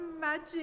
magic